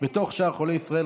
בתוך שאר חולי ישראל,